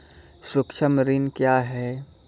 सुक्ष्म ऋण क्या हैं?